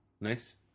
Nice